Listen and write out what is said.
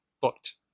booked